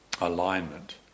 alignment